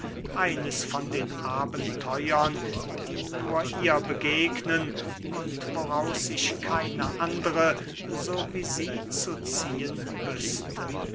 eines von den abenteuern die nur ihr begegnen und woraus sich keine andere so wie sie zu ziehen wüßte